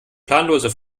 planlose